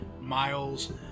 miles